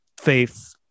faith